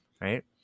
right